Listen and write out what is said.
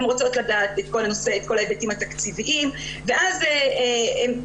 הן רוצות לדעת את כל ההיבטים התקציביים ואז הן